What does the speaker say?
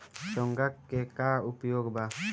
चोंगा के का उपयोग बा?